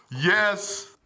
Yes